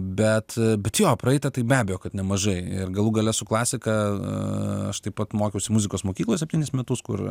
bet bet jo praeitą tai be abejo kad nemažai ir galų gale su klasika aš taip pat mokiausi muzikos mokykloj septynis metus kur